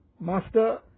master